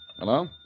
Hello